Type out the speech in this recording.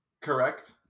Correct